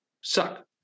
suck